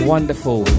Wonderful